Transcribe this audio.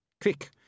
Quick